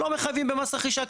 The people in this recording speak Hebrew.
לא מחייבים במס רכישה,